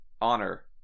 honor